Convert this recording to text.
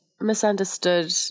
misunderstood